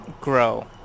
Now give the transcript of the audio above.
grow